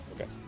Okay